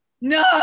No